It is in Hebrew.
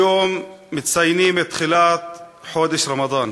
היום מציינים את תחילת חודש רמדאן,